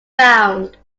found